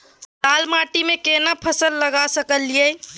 लाल माटी में केना फसल लगा सकलिए?